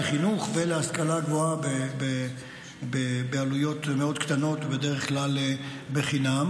לחינוך ולהשכלה גבוהה בעלויות מאוד קטנות ובדרך כלל חינם.